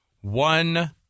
one